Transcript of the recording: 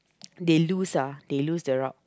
they lose ah they lose the route